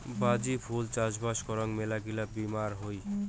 বাজি ফুল চাষবাস করাং মেলাগিলা বীমার হই